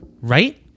right